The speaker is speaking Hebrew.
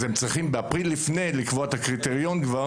אז הם צריכים באפריל לפני לקבוע את הקריטריון.